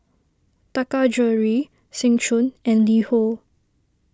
Taka Jewelry Seng Choon and LiHo